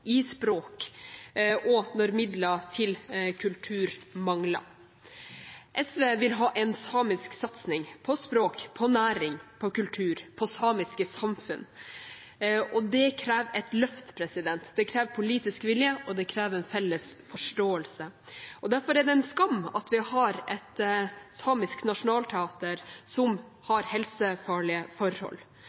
språk, og når midler til kultur mangler. SV vil ha en samisk satsing på språk, på næring, på kultur, på samiske samfunn, og det krever et løft. Det krever politisk vilje, og det krever en felles forståelse. Derfor er det en skam at vi har et samisk nasjonalteater som har helsefarlige forhold.